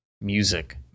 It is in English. music